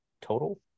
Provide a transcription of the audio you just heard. total